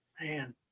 Man